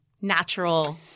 natural –